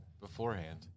beforehand